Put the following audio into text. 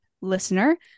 listener